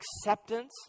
acceptance